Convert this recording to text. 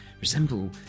resemble